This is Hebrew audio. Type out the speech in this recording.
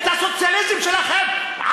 את הסוציאליזם שלכם,